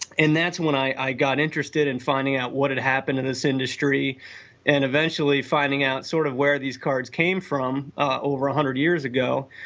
and that's when i got interested in finding out what happened in this industry and eventually finding out sort of where these cards came from ah over a hundred years ago,